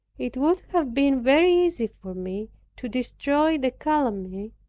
it would have been very easy for me to destroy the calumny,